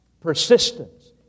Persistence